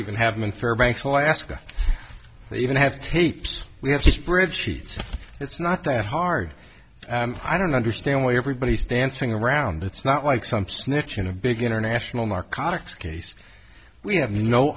even have them in fairbanks alaska they even have tapes we have to bridge sheets it's not that hard i don't understand why everybody's dancing around it's not like some snitch in a big international narcotics case we have no